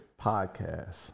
podcast